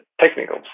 technical